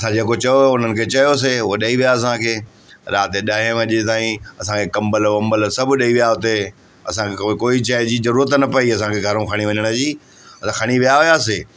असां जेको चयो हुओ हुननि खे चयोसीं उहो ॾेई विया असांखे राति जे ॾहें वॻे ताईं असांखे कंबल वंबल सभु ॾेई विया हुते असांखे को कोई शइ जी ज़रूरत न पेई असांखे घरां खणी वञण जी असां खणी विया हुयासीं